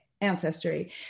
ancestry